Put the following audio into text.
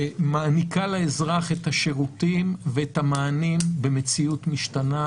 ומעניקה לאזרח את השירותים ואת המענים במציאות משתנה,